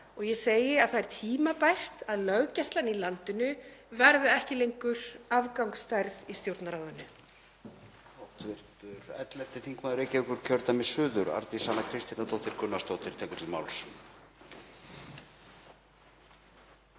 og ég segi það tímabært að löggæslan í landinu verði ekki lengur afgangsstærð í Stjórnarráðinu.